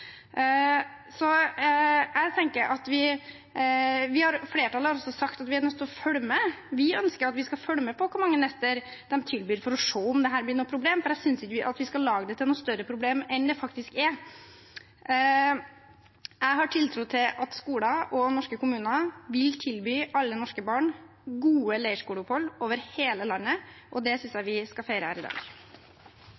Så det at vi gir kommunene en viss handlefrihet kan jo mange steder gjøre at man får mer enn det vi setter som et minimum. Det må vi også noen ganger huske på. Flertallet har sagt at vi ønsker å følge med. Vi ønsker at vi skal følge med på hvor mange netter en tilbyr for å se om dette blir et problem. For jeg synes ikke vi skal lage det til noe større problem enn det faktisk er. Jeg har tiltro til at skoler og norske kommuner vil tilby alle norske